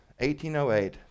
1808